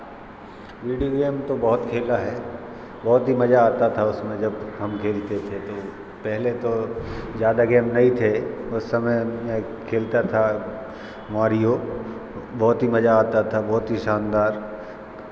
video game तो बहुत खेला है बहुत ही मज़ा आता था उसमें जब हम खेलते थे तो पहले तो ज़्यादा गेम नहीं थे उस समय मैं खेलता था मारिओ बहुत ही मज़ा आता था बहुत ही शानदार